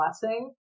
blessing